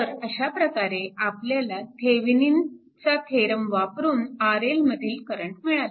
तर अशा प्रकारे आपल्याला थेविनिनचा थेरम वापरून RL मधील करंट मिळाला